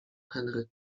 henry